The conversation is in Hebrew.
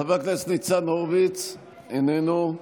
חבר הכנסת ניצן הורוביץ, איננו,